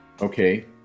Okay